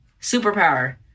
superpower